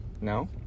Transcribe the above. No